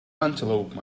antelope